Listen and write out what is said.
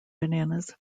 bananas